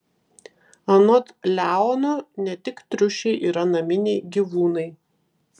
anot leono ne tik triušiai yra naminiai gyvūnai